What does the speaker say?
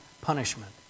punishment